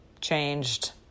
changed